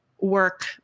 work